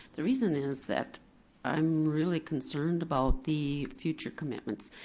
the reason is that i'm really concerned about the future commitments.